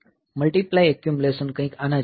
multiply accumulation કંઈક આના જેવું છે